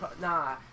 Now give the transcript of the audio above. nah